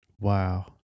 Wow